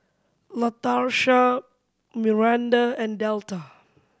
Latarsha Myranda and Delta